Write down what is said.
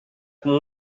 como